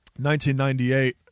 1998